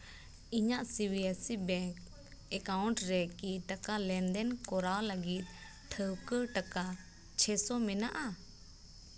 ᱤᱧᱟᱹᱜ C B S C bank account ᱨᱮᱠᱤ ᱴᱟᱠᱟ ᱞᱮᱱᱫᱮᱱ ᱠᱚᱨᱟᱣ ᱞᱟᱹᱜᱤᱫ ᱴᱷᱟᱹᱣᱠᱟᱹ ᱴᱟᱠᱟ ᱪᱷᱮᱭᱥᱚ ᱢᱮᱱᱟᱜᱼᱟ